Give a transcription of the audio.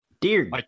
Dear